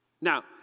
Now